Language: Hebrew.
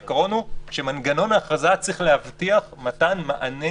העיקרון הוא שמנגנון ההכרזה צריך להבטיח מתן מענה